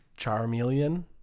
Charmeleon